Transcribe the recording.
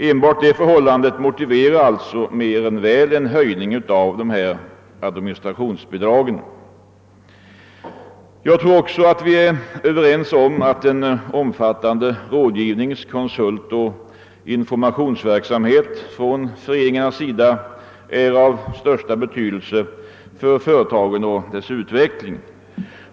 Enbart det förhållandet motiverar alltså mer än väl en höjning av administrationsbidraget. Vi är också överens om att en omfattande rådgivnings-, konsultoch informationsverksamhet från föreningarnas sida är av största betydelse för företagen och deras utveckling.